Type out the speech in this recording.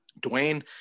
Dwayne